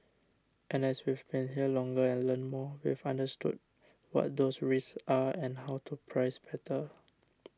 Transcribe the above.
and as we've been here longer and learnt more we've understood what those risks are and how to price better